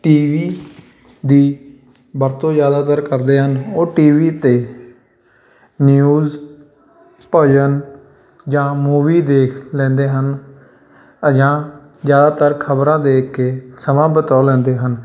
T V ਦੀ ਵਰਤੋਂ ਜ਼ਿਆਦਾਤਰ ਕਰਦੇ ਹਨ ਉਹ ਟੀ ਵੀ 'ਤੇ ਨਿਊਜ਼ ਭਜਨ ਜਾਂ ਮੂਵੀ ਦੇਖ ਲੈਂਦੇ ਹਨ ਅ ਜਾਂ ਜ਼ਿਆਦਾਤਰ ਖਬਰਾਂ ਦੇਖ ਕੇ ਸਮਾਂ ਬਿਤਾ ਲੈਂਦੇ ਹਨ